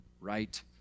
right